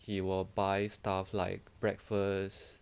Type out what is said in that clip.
he will buy stuff like breakfast